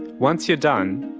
once you're done,